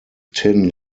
tin